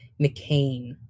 McCain